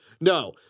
no